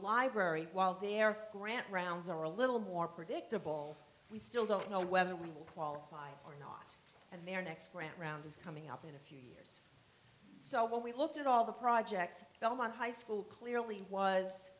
library while there grant rounds are a little more predictable we still don't know whether we will qualify or not and their next grant round is coming up in a few so when we looked at all the projects the one high school clearly was